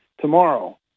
tomorrow